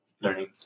learning